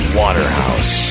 waterhouse